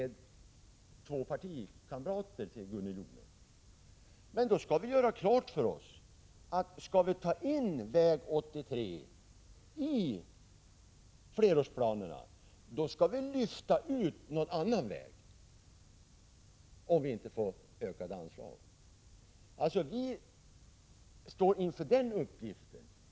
Då skall vi ha klart för oss, att skall väg 83 tas med i flerårsplanerna, måste vi lyfta ut någon annan väg — såvida vi inte får ökade anslag. Vi står alltså inför den uppgiften.